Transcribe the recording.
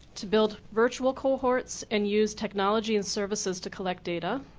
to build virtual cohorts and use technology and services to collect data.